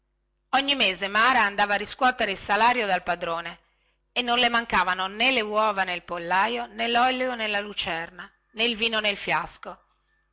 ogni mese mara andava a riscuotere il salario dal padrone e non le mancavano nè le uova nel pollaio nè lolio nella lucerna nè il vino nel fiasco